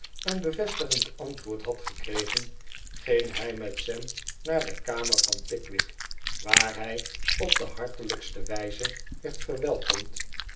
een bevestigend antwoord had gekregen ging hij met sam naar de kamer van pickwick waar hij op de hartelijkste wijze werd verwelkomd